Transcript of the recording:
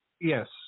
yes